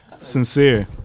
Sincere